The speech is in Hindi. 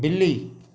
बिल्ली